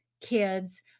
kids